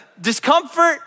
discomfort